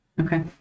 Okay